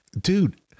dude